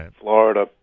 Florida